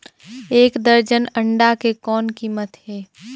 एक दर्जन अंडा के कौन कीमत हे?